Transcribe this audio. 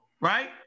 right